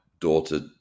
daughter